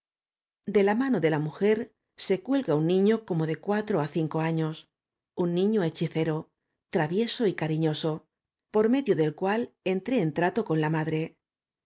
de la mano de la mujer se cuelga un niño como de cuatro á cinco años un niño hechicero travieso y cariñoso por medio del cual entré en trato con la madre el